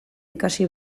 ikasi